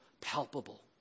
palpable